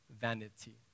vanity